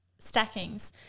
stackings